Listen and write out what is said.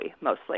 mostly